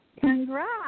Congrats